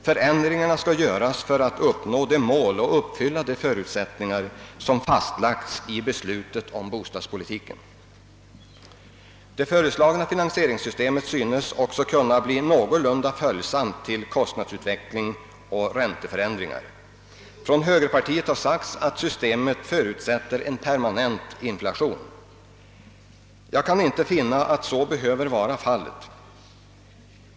Förändringarna skall göras för att man skall kunna uppnå det mål och uppfylla de förutsättningar som fastlagts i beslutet om bostadspolitiken. Det föreslagna finansieringssystemet synes också kunna bli någorlunda följsamt till kostnadsutveckling och ränte förändringar. Från ' högerpartiet har sagts att systemet förutsätter en permanent inflation. Jag kan inte finna att så behöver vara fallet.